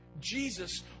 Jesus